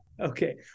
Okay